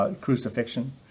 crucifixion